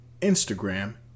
Instagram